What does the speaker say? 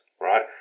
right